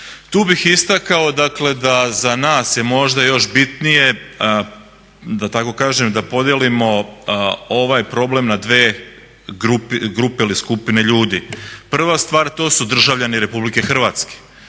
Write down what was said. Tu bih istakao, dakle da za nas je možda još bitnije da tako kažem da podijelimo ovaj problem na dve grupe ili skupine ljudi. Prva stvar to su državljani RH, a